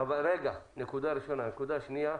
נקודה שנייה,